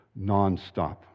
nonstop